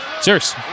Serious